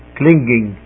clinging